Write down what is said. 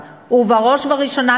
ובראש ובראשונה,